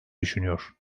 düşünüyor